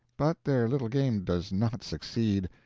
but their little game does not succeed.